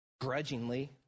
grudgingly